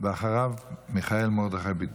אחריו, מיכאל מרדכי ביטון,